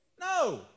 No